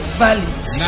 valleys